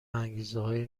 انگیزههای